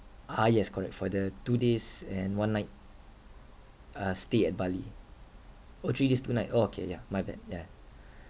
ah yes correct for the two days and one night uh stay at bali !ow! three days two night orh okay yeah my bad yeah